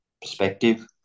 perspective